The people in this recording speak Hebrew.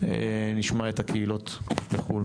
נשמע את הקהילות מחו"ל.